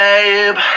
Babe